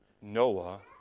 Noah